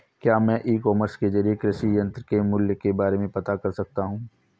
क्या मैं e commerce के ज़रिए कृषि यंत्र के मूल्य के बारे में पता कर सकता हूँ?